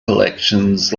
collections